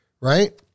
right